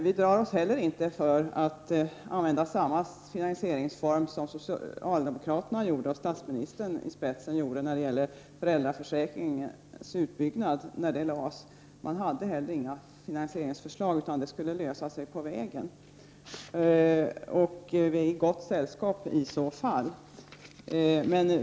Vi drar oss heller inte för att använda samma finansieringsform som socialdemokraterna med statsministern i spetsen använde sig av i det förslag om föräldraförsäkringens utbyggnad som lades fram. Man hade då heller inte några finansieringsförslag, utan det skulle lösa sig på vägen. Vi är i så fall i gott sällskap.